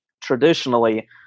traditionally